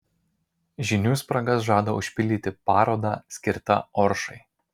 žinių spragas žada užpildyti paroda skirta oršai